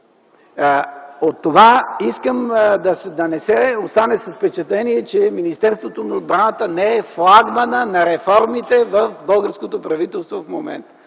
От това искам да не се остане с впечатление, че Министерството на отбраната не е флагманът на реформите в българското правителство в момента.